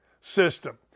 system